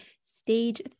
stage